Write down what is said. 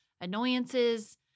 annoyances